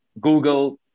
Google